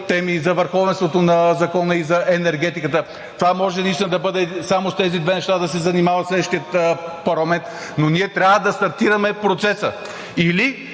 теми за върховенството на закона и за енергетиката. Може само с тези две неща да се занимава следващия парламент, но ние трябва да стартираме процеса или